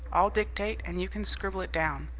i'll dictate, and you can scribble it down.